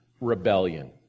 rebellion